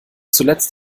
zuletzt